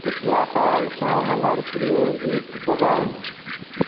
पिछला सालसँ हमर प्रिय गीत बजाउ